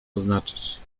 oznaczać